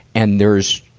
and there's,